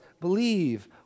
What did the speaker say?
believe